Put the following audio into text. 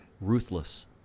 Ruthless